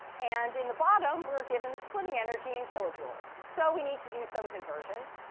and in the bottom we're given the splitting energy in kilojoules. so we need to do some conversions.